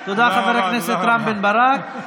תודה, חבר הכנסת רם בן ברק.